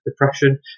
depression